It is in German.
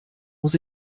muss